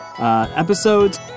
Episodes